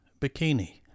Bikini